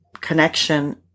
connection